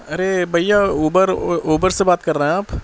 ارے بھیا Uber Uber سے بات کر رہے ہیں آپ